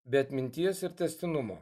be atminties ir tęstinumo